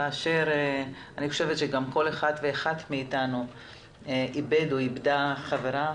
כאשר אני חושבת שגם כל אחד ואחת מאתנו איבד או איבדה חברה